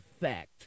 fact